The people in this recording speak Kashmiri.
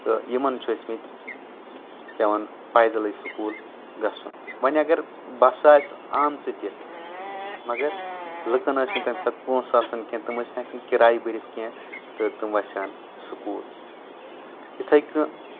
تہٕ یِمن چھِ ٲسۍ مٕتۍ پٮ۪وان پایدلی سکوٗل گژھُن وۄنۍ اگر بسہٕ آسہِ آمژٕ تہِ مگر لُکن ٲسۍ نہٕ تمہِ ساتہٕ پۄنٛسہِ آسان کینٛہہ تِم ٲسۍ نہٕ ہٮ۪کان کرایہِ بٔرِتھ کینٛہہ تہٕ تِم وسہِ ہن سکوٗل یِتھٕے کٔۍ